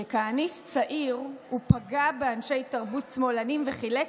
ככהניסט צעיר הוא פגע באנשי תרבות שמאלנים וחילק